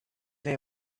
they